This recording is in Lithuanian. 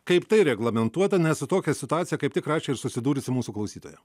kaip tai reglamentuota nes su tokia situacija kaip tik rašė ir susidūrusi mūsų klausytoja